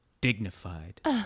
dignified